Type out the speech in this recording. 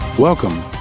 Welcome